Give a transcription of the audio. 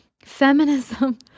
feminism